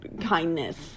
kindness